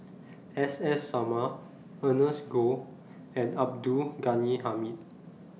S S Sarma Ernest Goh and Abdul Ghani Hamid